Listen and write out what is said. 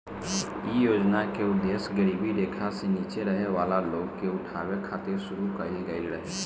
इ योजना के उद्देश गरीबी रेखा से नीचे रहे वाला लोग के उठावे खातिर शुरू कईल गईल रहे